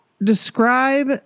describe